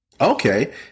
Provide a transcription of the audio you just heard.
Okay